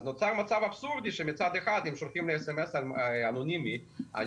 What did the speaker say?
אז נוצר מצב אבסורדי שמצד אחד אם שולחים לי סמס אנונימי אני